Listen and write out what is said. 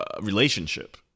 relationship